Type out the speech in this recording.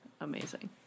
Amazing